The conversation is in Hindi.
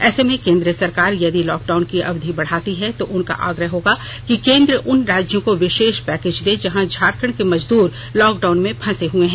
ऐसे में केन्द्र सरकार यदि लॉकडाउन की अवधि बढ़ाती है तो उनका आग्रह होगा कि केन्द्र उन राज्यों को विषेष पैकेज दे जहां झारखंड के मजदूर लॉकडाउन में फंसे हुए हैं